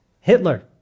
Hitler